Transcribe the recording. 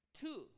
Two